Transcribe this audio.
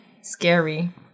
Scary